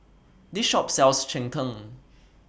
This Shop sells Cheng Tng